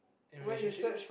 in relationships